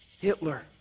Hitler